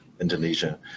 Indonesia